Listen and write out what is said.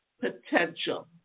potential